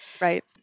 Right